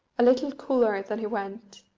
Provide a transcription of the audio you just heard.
a little cooler than he went,